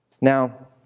Now